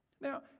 Now